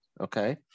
okay